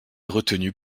retenus